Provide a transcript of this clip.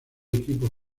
equipo